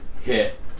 hit